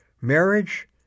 marriage